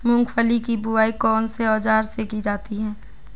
मूंगफली की बुआई कौनसे औज़ार से की जाती है?